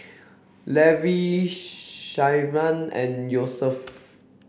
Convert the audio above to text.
Levi Shyanne and Yosef